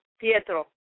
Pietro